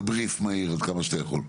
בבריף מהיר עד כמה שאתה יכול.